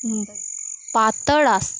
पातळ आसता